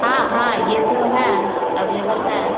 हाँ हाँ यह तो है अवलेबल है